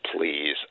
Please